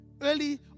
Early